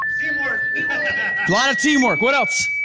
teamwork. a lot of teamwork, what else?